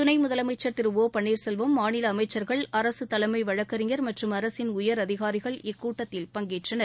துணை முதலமைச்சர் திரு ஒ பன்ளீர்செல்வம் மாநில அமைச்சர்கள் அரசு தலைமை வழக்கறிஞர் மற்றும் அரசின் உயரதிகாரிகள் இக்கூட்டத்தில் பங்கேற்றனர்